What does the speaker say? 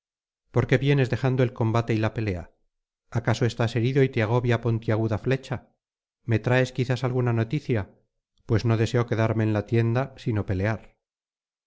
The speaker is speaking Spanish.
por qué vienes dejando el combate y la pelea acaso estás herido y te agobia puntiaguda flecha me traes quizás alguna noticia pues no deseo quedarme en la tienda sino pelear